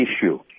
issue